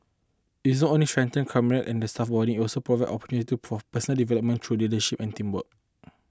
it's not only strengthens camaraderie and the staff bonding it also provides opportunities to pro for personal development through leadership and teamwork